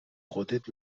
خودت